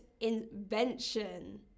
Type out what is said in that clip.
invention